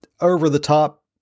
over-the-top